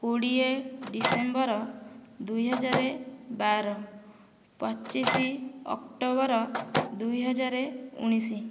କୋଡ଼ିଏ ଡିସେମ୍ବର୍ ଦୁଇ ହଜାର ବାର ପଚିଶ ଅକ୍ଟୋବର୍ ଦୁଇ ହଜାର ଉଣେଇଶ